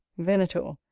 venator.